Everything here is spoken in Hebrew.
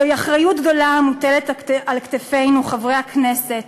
זוהי אחריות גדולה המוטלת על כתפינו, חברי הכנסת,